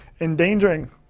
endangering